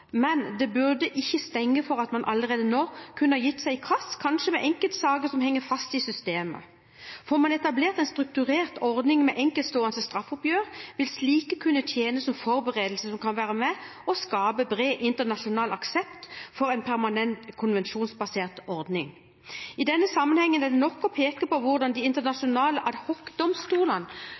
men det burde ikke stenge for at man allerede nå kanskje kunne ha gitt seg i kast med enkeltsaker som henger fast i systemet. Får man etablert en strukturert ordning med enkeltstående straffeoppgjør, vil slike kunne tjene som forberedelse som kan være med på å skape bred internasjonal aksept for en permanent konvensjonsbasert ordning. I denne sammenhengen er det nok å peke på hvordan de